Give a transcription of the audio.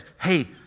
hey